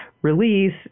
release